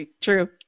True